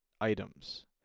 items